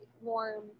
warm